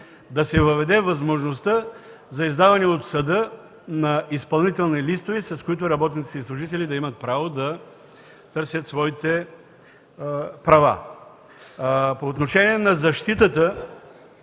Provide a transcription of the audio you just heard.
да се даде възможност за издаване от съда на изпълнителни листове, с които работниците и служителите да имат право да търсят своите права. По отношение на защитата